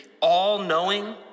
All-knowing